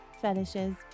fetishes